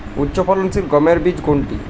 উচ্চফলনশীল গমের বীজ কোনটি?